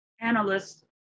analysts